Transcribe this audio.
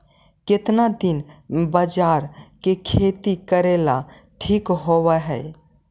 केतना दिन बाजरा के खेती करेला ठिक होवहइ?